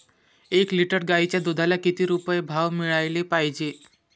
एक लिटर गाईच्या दुधाला किती रुपये भाव मिळायले पाहिजे?